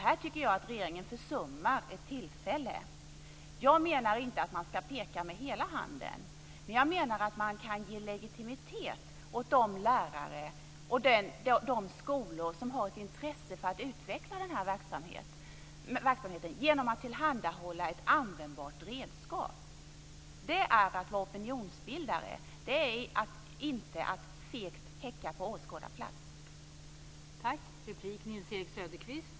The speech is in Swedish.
Här tycker jag att regeringen försummar ett tillfälle. Jag menar inte att man ska peka med hela handen. Men jag menar att man kan ge legitimitet åt de lärare och de skolor som har ett intresse för att utveckla den här verksamheten genom att tillhandahålla ett användbart redskap. Det är att vara opinionsbildare. Det är inte att fegt häcka på åskådarplats.